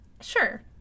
Sure